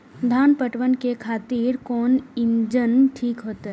धान पटवन के खातिर कोन इंजन ठीक होते?